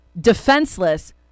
defenseless